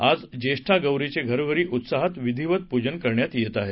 आज ज्येष्ठा गौरींचे घरोघरी उत्साहात विधिवत पूजन करण्यात येत आहे